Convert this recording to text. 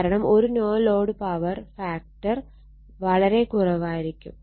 കാരണം ഒരു no load power factor വളരെ കുറവായിരിക്കും